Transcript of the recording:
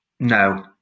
No